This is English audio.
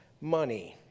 money